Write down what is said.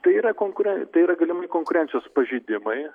tai yra konkuren tai yra galimai konkurencijos pažeidimai